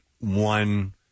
one